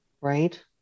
right